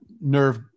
nerve